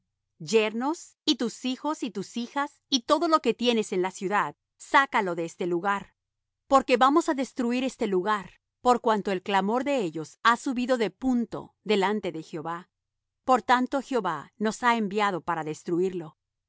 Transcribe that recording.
yernos y tus hijos y tus hijas y todo lo que tienes en la ciudad sácalo de este lugar porque vamos á destruir este lugar por cuanto el clamor de ellos ha subido de punto delante de jehová por tanto jehová nos ha enviado para destruirlo